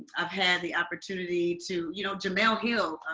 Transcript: i've had the opportunity to you know jemele hill.